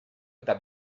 eta